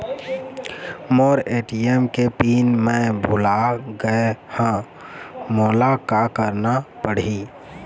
मोर ATM के PIN मैं भुला गैर ह, मोला का करना पढ़ही?